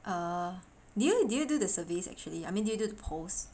err did you did you do the surveys actually I mean do you do the polls